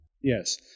Yes